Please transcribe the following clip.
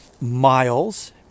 miles